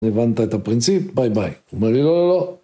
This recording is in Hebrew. הבנת את הפרנציפ, ביי ביי. הוא אומר לי: ״לא, לא...״